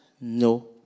no